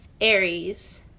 aries